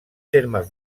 termes